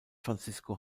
francisco